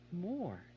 more